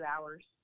hours